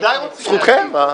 זכותכם.